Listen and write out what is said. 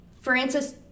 francis